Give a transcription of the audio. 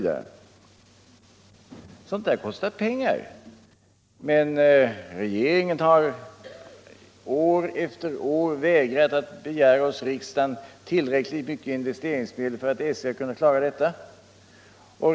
Sådant kostar pengar, men regeringen har år efter år vägrat att hos riksdagen begära tillräckligt med investeringsmedel för att SJ skall kunna klara detta.